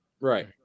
Right